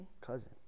cousin